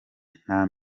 nta